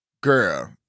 girl